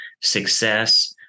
success